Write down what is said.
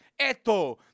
Eto